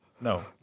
No